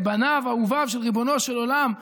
זה בניו אהוביו של ריבונו של עולם,